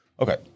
Okay